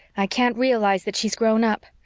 i can't realize that she's grown up.